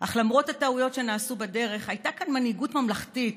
אך למרות הטעויות שנעשו בדרך הייתה כאן מנהיגות ממלכתית,